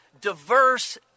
diverse